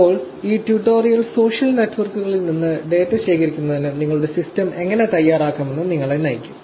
ഇപ്പോൾ ഈ tutorial social നെറ്റ്വർക്കുകളിൽ നിന്ന് ഡാറ്റ ശേഖരിക്കുന്നതിന് നിങ്ങളുടെ സിസ്റ്റം എങ്ങനെ തയ്യാറാക്കാമെന്ന് നിങ്ങളെ നയിക്കും